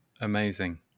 Amazing